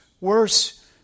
worse